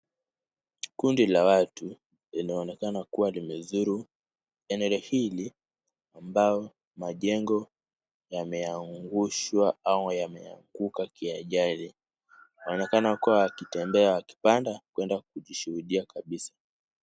Kundi la watu linaonekana kuwa limezuru eneo hili ambao majengo yameangushwa au yameanguka kiajali. Wanaonekana kuwa wakitembea wakipanda kwenda kushuhudia kabisa.